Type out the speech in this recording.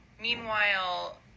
Meanwhile